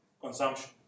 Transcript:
consumption